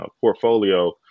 portfolio